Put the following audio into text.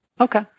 Okay